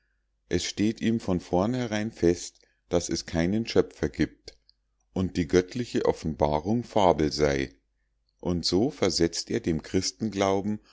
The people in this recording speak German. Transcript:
es steht ihm von vornherein fest daß es keinen schöpfer gibt und die göttliche offenbarung fabel sei und so versetzt er dem